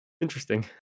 Interesting